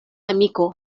amiko